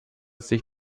sich